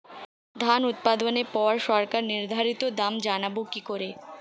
ধান উৎপাদনে পর সরকার নির্ধারিত দাম জানবো কি করে?